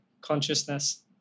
consciousness